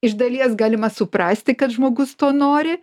iš dalies galima suprasti kad žmogus to nori